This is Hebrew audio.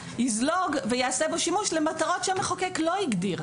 יזלוג וייעשה בו שימוש למטרות שהמחוקק לא הגדיר.